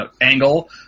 angle